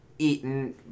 Eaten